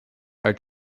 are